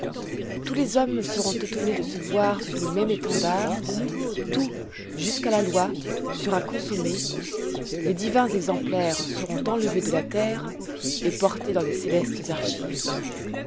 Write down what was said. tous les hommes seront étonnés de se voir sous le même étendard tout jusques à la loi sera consommé les divins exemplaires seront enlevés de la terre et portés dans les célestes archives